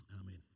amen